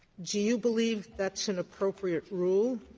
do you believe that's an appropriate rule?